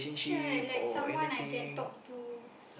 ya like like someone I can talk to